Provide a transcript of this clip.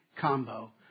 combo